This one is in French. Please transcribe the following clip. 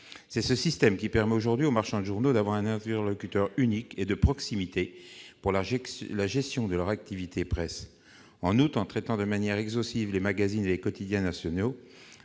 C'est ce système qui permet aujourd'hui aux marchands de journaux d'avoir un interlocuteur unique et de proximité pour la gestion de leur activité presse. En outre, en traitant de manière exhaustive les magazines et quotidiens nationaux,